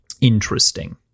interesting